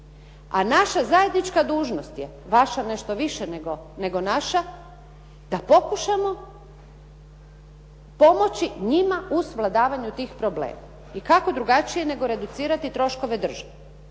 A naša zajednička dužnost je, vaša nešto više nego naša da pokušamo pomoći njima u svladavanju tih problema. I kako drugačije nego reducirati troškove države.